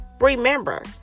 Remember